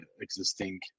existing